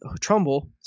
Trumbull